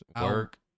work